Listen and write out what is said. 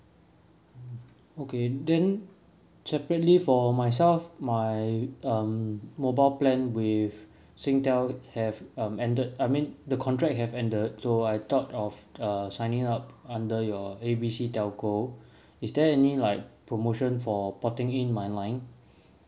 okay then separately for myself my um mobile plan with singtel have um ended I mean the contract have ended so I thought of uh signing up under your A B C telco is there any like promotion for porting in my line